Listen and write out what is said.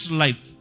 life